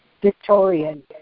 Victorian